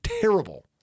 Terrible